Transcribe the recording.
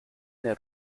nel